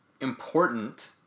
important